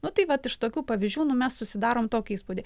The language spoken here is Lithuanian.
nu tai vat iš tokių pavyzdžių nu mes susidarom tokį įspūdį